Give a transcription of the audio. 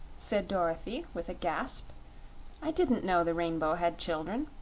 said dorothy with a gasp i didn't know the rainbow had children.